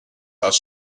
bus